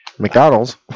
McDonald's